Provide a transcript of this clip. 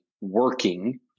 working